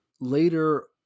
later